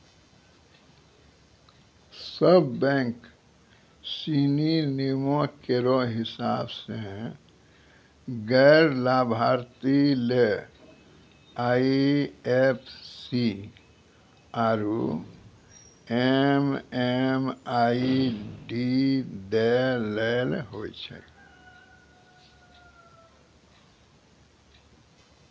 सब बैंक सिनी नियमो केरो हिसाब सें गैर लाभार्थी ले आई एफ सी आरु एम.एम.आई.डी दै ल होय छै